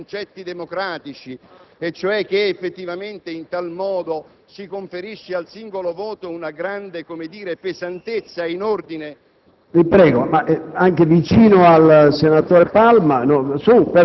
al di là di qualsiasi discorso sui grandi concetti democratici, vorrei dire che effettivamente in tal modo si conferisce al singolo voto una grande pesantezza in ordine